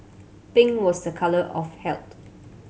pink was the colour of health